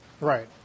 Right